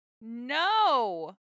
No